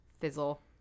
fizzle